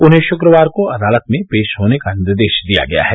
उन्हें श्क्रवार को अदालत में पेश होने का निर्देश दिया गया है